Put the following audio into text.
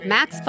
Max